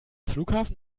flughafen